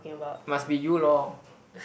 must be you lor